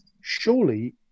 surely